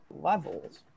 levels